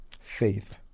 faith